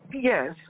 yes